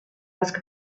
ask